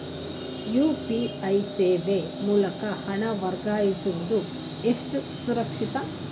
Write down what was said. UPI ಸೇವೆ ಮೂಲಕ ಹಣ ವರ್ಗಾಯಿಸುವುದು ಎಷ್ಟು ಸುರಕ್ಷಿತ?